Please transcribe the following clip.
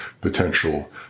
potential